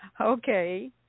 Okay